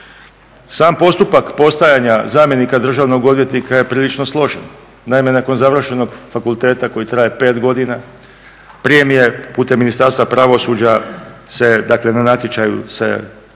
Sam postupak postajanja zamjenika državnog odvjetnika je prilično složen. Naime, nakon završenog fakulteta koji traje 5 godina prije mi je putem Ministarstva pravosuđa, dakle na natječaju se postaje